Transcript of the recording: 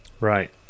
Right